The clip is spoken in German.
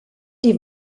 die